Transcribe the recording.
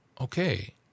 okay